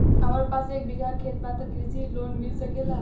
हमरा पास एक बिगहा खेत बा त कृषि लोन मिल सकेला?